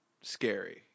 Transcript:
Scary